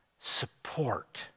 support